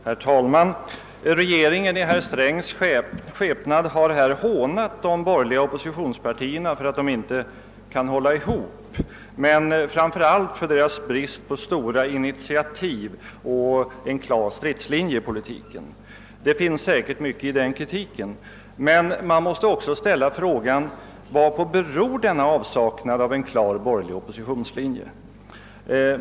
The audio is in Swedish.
Herr talman! Regeringen i herr Strängs skepnad har här gisslat de borgerliga oppositionspartierna för att de inte kan hålla ihop, men framför allt för deras brist på stora initiativ och på en klar stridslinje i politiken. Det finns säkert mycket i den kritiken. Men man måste också ställa frågan: Varpå beror denna avsaknad av en klar borgerlig oppositionslinje?